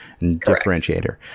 differentiator